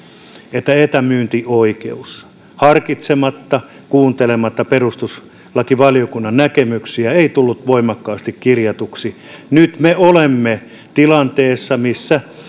että etämyyntioikeus jonka osalta jäi harkitsematta kuuntelematta perustuslakivaliokunnan näkemyksiä ei tullut voimakkaasti kirjatuksi nyt me olemme tilanteessa missä